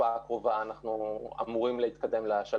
ויש קושי להביא לידי כך שהנחיות ראש הממשלה או ראש